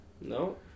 No